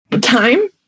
Time